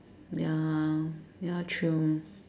ya ya true